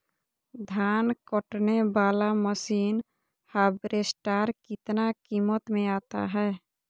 धान कटने बाला मसीन हार्बेस्टार कितना किमत में आता है?